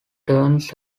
turns